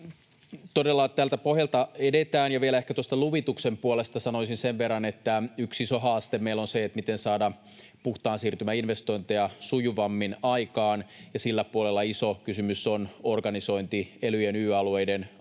Todella tältä pohjalta edetään. Ja vielä ehkä tuosta luvituksen puolesta sanoisin sen verran, että yksi iso haaste meillä on se, miten saada puhtaan siirtymän investointeja sujuvammin aikaan. Sillä puolella iso kysymys on organisointi — elyjen, Y-alueiden, avien,